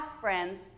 friends